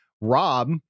Rob